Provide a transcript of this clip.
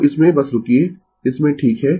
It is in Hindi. तो इसमें बस रूकिये इसमें ठीक है